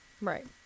Right